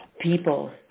People